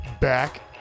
back